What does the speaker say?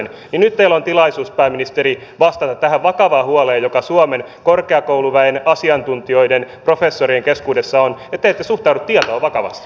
nyt teillä on tilaisuus pääministeri vastata tähän vakavaan huoleen joka suomen korkeakouluväen asiantuntijoiden professorien keskuudessa on että ette suhtaudu tietoon vakavasti